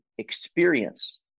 experience